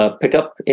pickup